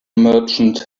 merchant